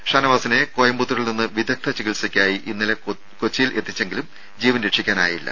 ഷാനവാസിനെ കോയമ്പത്തൂരിൽ നിന്ന് വിദഗ്ധ ചികിത്സക്കായി ഇന്നലെ കൊച്ചിയിലെത്തിച്ചെങ്കിലും ജീവൻ രക്ഷിക്കാനായില്ല